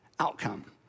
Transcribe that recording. outcome